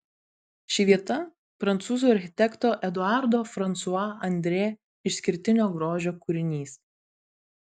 ši vieta prancūzų architekto eduardo fransua andrė išskirtinio grožio kūrinys